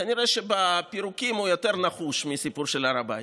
כנראה בפירוקים הוא יותר נחוש מהסיפור של הר הבית.